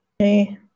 Okay